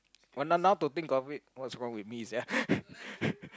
now come to think of it what's wrong with me sia